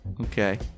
Okay